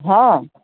हँ